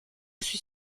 suis